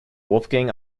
wolfgang